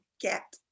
get